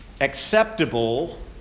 acceptable